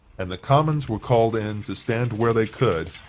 and the commons were called in, to stand where they could,